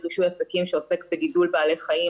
רישוי עסקים שעוסק בגידול בעלי חיים,